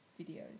videos